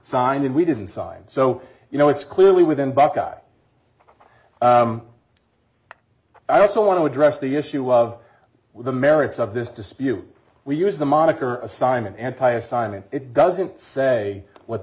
signed and we didn't sign so you know it's clearly within buckeye i also want to address the issue of the merits of this dispute we use the moniker assignment anti assignment it doesn't say what